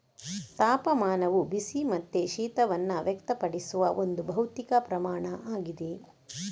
ತಾಪಮಾನವು ಬಿಸಿ ಮತ್ತೆ ಶೀತವನ್ನ ವ್ಯಕ್ತಪಡಿಸುವ ಒಂದು ಭೌತಿಕ ಪ್ರಮಾಣ ಆಗಿದೆ